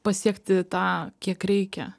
pasiekti tą kiek reikia